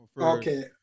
Okay